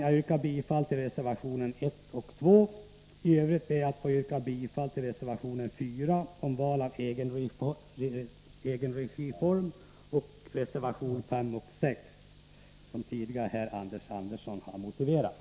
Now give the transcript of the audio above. Jag yrkar bifall till reservationerna 1 och 2 angående principen om affärsmässighet vid offentlig upphandling. I övrigt ber jag att få yrka bifall till reservationerna 4, 5 och 6 om val av egenregiform. De senare har Anders Andersson här tidigare motiverat.